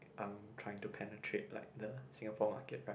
um trying to penetrate like the Singapore market right